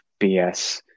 BS